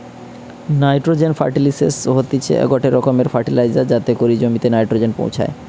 nitrogen ফার্টিলিসের হতিছে গটে রকমের ফার্টিলাইজার যাতে করি জমিতে নাইট্রোজেন পৌঁছায়